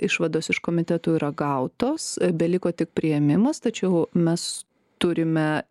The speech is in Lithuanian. išvados iš komitetų yra gautos beliko tik priėmimas tačiau mes turime